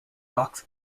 box